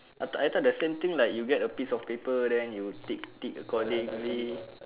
I thought I thought the same thing like you get a piece of paper then you tick tick accordingly